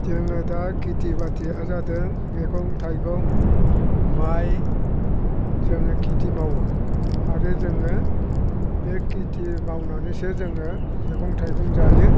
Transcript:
जोङो दा खेथि बाथिया जादों मैगं थाइगं माइ जोङो खेथि मावो आरो जोङो बे खेथि मावनानैसो जोङो मैगं थाइगं जायो